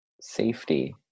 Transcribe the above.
safety